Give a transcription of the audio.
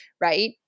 right